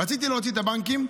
רציתי להוציא את הבנקים,